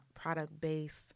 product-based